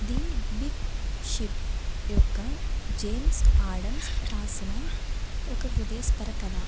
the big ship యొక్క James Adams రాసిన ఒక హృదయస్పర కథ